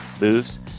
moves